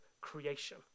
creation